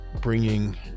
bringing